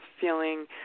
feeling